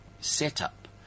setup